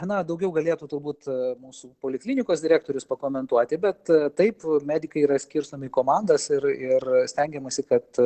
na daugiau galėtų turbūt mūsų poliklinikos direktorius pakomentuoti bet taip medikai yra skirstomi į komandas ir stengiamasi kad